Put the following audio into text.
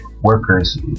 workers